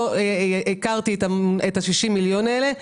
לא הכרתי את ה-60 מיליון האלה,